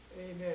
Amen